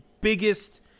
biggest